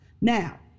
Now